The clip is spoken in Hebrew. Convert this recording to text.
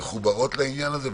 מחוברות לעניין הזה.